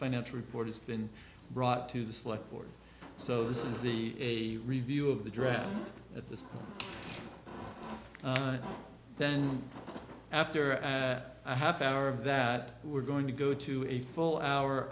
financial report has been brought to the select board so this is the a review of the draft at this point then after a half hour of that we're going to go to a full hour